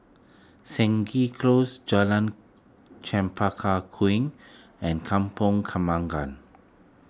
Stangee Close Jalan Chempaka Kuning and Kampong Kembangan